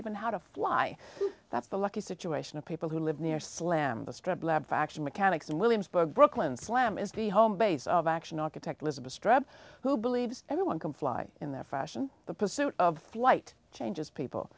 even how to fly that's a lucky situation of people who live near slam the strip lab faction mechanics in williamsburg brooklyn slam is the home base of action architect elizabeth's tribe who believes everyone can fly in that fashion the pursuit of flight changes people